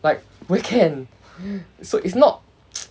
like where can so it's not